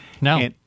No